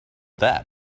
that